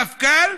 המפכ"ל: